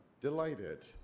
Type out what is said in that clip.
delighted